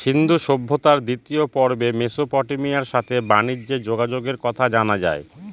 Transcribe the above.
সিন্ধু সভ্যতার দ্বিতীয় পর্বে মেসোপটেমিয়ার সাথে বানিজ্যে যোগাযোগের কথা জানা যায়